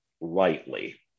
lightly